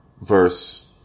verse